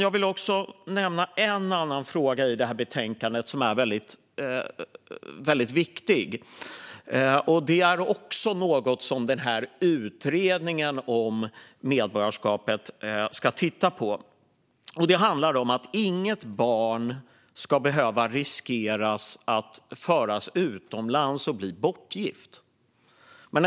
I betänkandet finns en annan fråga som är väldigt viktig och som utredningen också ska titta på. Det handlar om att inget barn ska behöva riskera att föras utomlands och bli bortgift.